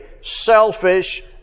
selfish